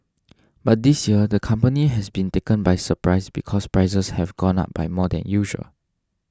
but this year the company has been taken by surprise because prices have gone up by more than usual